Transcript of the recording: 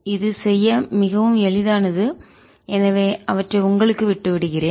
இது செய்ய மிகவும் எளிதானது எனவே அவற்றை உங்களுக்கு விட்டுவிடுகிறேன்